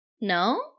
No